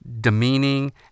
demeaning